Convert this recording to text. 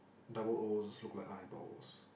double Os look like eyeballs